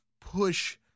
push